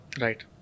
Right